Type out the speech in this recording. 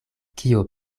kio